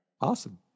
Awesome